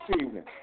evening